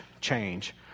change